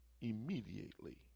immediately